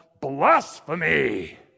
blasphemy